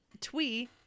Twee